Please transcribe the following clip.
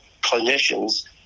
clinicians